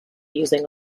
using